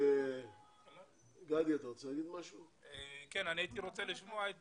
הייתי רוצה לשמוע את